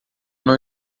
não